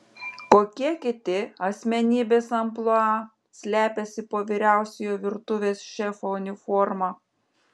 kokie kiti asmenybės amplua slepiasi po vyriausiojo virtuvės šefo uniforma